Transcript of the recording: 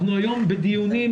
אנחנו היום בדיונים,